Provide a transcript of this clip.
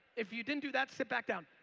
if you didn't do that, sit back down.